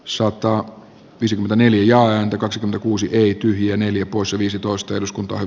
soitto vision vaniljaa ääntä kaksi kuusi ei tyhjiä neljä poissa viisitoista eduskuntaan